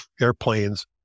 airplanes